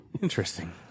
Interesting